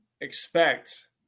expect